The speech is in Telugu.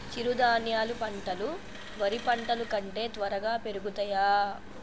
చిరుధాన్యాలు పంటలు వరి పంటలు కంటే త్వరగా పెరుగుతయా?